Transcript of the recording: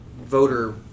voter